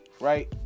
Right